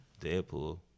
Deadpool